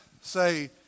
say